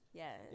yes